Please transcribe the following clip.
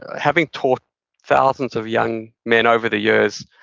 and having taught thousands of young men over the years,